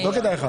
כתבי מינוי יצאו